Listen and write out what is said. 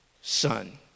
son